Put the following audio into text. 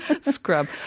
Scrub